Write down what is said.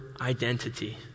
identity